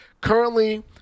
currently